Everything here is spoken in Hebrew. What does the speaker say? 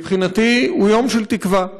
מבחינתי הוא יום של תקווה,